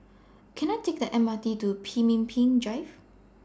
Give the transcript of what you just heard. Can I Take The M R T to Pemimpin Drive